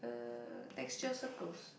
uh texture circles